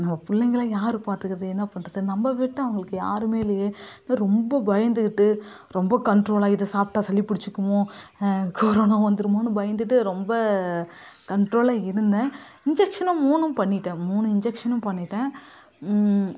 நம்ம பிள்ளைங்கள யார் பார்த்துக்கறது என்ன பண்றது நம்மை விட்டால் அவங்களுக்கு யாருமே இல்லையே இப்போ ரொம்ப பயந்துக்கிட்டு ரொம்ப கண்ட்ரோலாக இது சாப்பிட்டா சளி பிடிச்சிக்குமோ கொரோனா வந்துடுமோனு பயந்துட்டு ரொம்ப கண்ட்ரோலாக இருந்தேன் இன்ஜெக்ஷனும் மூணும் பண்ணிகிட்டேன் மூணு இன்ஜெக்ஷனும் பண்ணிகிட்டேன்